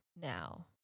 now